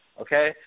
okay